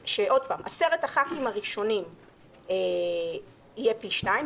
עשרת חברי הכנסת הראשונים יהיה פי שניים,